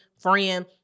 friend